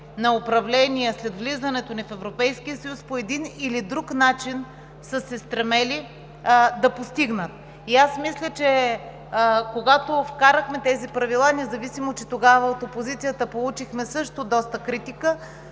на управление след влизането ни в Европейския съюз по един или друг начин са се стремили да постигнат. Мисля, че когато вкарахме тези правила, независимо че тогава от опозицията получихме доста критика,